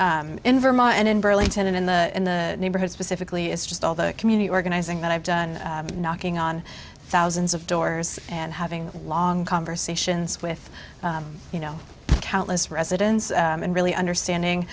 here in vermont and in burlington and in the in the neighborhood specifically is just all the community organizing that i'm knocking on thousands of doors and having long conversations with you know countless residents and really understanding